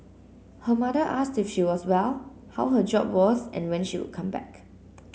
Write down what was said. her mother asked if she was well how her job was and when she would come back